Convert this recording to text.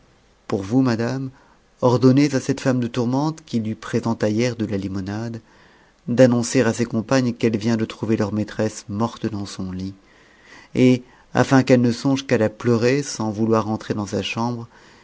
pour vous madame ordonnez à cette femme de tourmente qui lui présenta hier de la limonade d'annoncer à ses compagnes qu'elle vient de trouver leur maîtresse morte dans son lit et afin qu'elles ne songent qu'à la pleurer sans vouloir entrer dans sa chambre